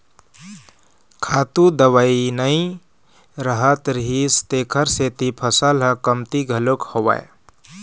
खातू दवई नइ रहत रिहिस तेखर सेती फसल ह कमती घलोक होवय